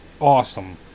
awesome